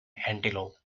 antelope